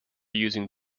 using